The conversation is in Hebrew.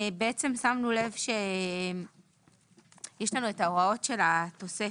שמנו לב שיש לנו את ההוראות של התוספת,